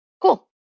cool